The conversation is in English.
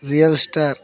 real star